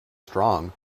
strong